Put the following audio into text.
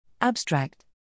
Abstract